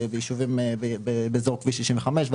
באזור כביש 65,